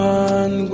one